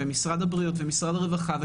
משרד הבריאות ומשרד הרווחה.